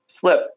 slip